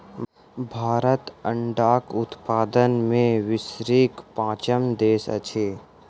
भारत अंडाक उत्पादन मे विश्वक पाँचम देश अछि